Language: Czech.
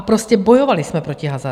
Prostě bojovali jsme proti hazardu.